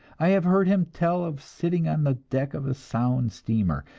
i have heard him tell of sitting on the deck of a sound steamer,